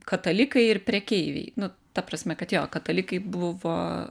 katalikai ir prekeiviai nu ta prasme kad jo katalikai buvo